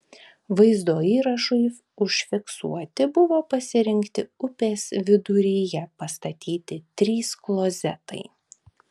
vaizdo įrašui užfiksuoti buvo pasirinkti upės viduryje pastatyti trys klozetai